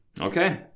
okay